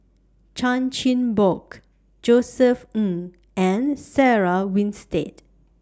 Chan Chin Bock Josef Ng and Sarah Winstedt